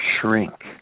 shrink